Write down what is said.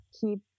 keep